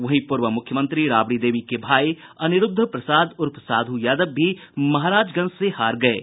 वहीं पूर्व मुख्यमंत्री राबडी देवी के भाई अनिरुद्ध प्रसाद उर्फ साधु यादव भी महाराजगंज से हार गये हैं